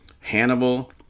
Hannibal